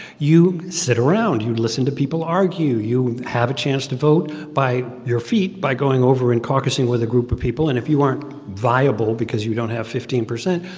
you sit around. you listen to people argue. you have a chance to vote by your feet by going over and caucusing with a group of people. and if you aren't viable because you don't have fifteen percent,